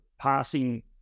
passing